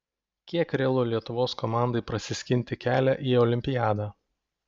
kiek realu lietuvos komandai prasiskinti kelią į olimpiadą